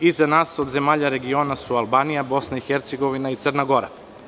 Iza nas od zemalja regiona su Albanija, BiH i Crna gora.